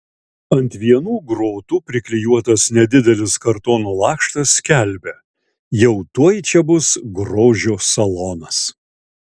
ant vienų grotų priklijuotas nedidelis kartono lakštas skelbia jau tuoj čia bus grožio salonas